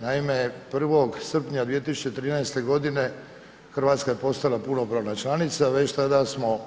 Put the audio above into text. Naime, 1. srpnja 2013. godine Hrvatska je postala punopravna članica već tada smo